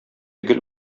гел